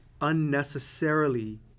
unnecessarily